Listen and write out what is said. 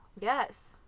Yes